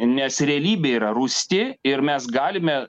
nes realybė yra rūsti ir mes galime